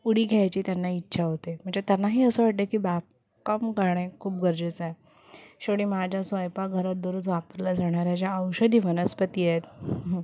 उडी घ्यायची त्यांना इच्छा होते म्हणजे त्यांनाही असं वाटते की बागकाम करणे खूप गरजेचं आहे शेवटी माझ्या स्वयंपाकघरात दररोज वापरल्या जाणाऱ्या ज्या औषधी वनस्पती आहेत